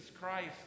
Christ